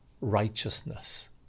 righteousness